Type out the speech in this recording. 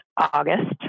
August